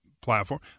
platform